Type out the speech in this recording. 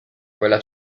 quella